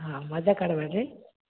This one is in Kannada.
ಹಾಂ